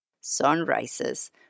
Sunrises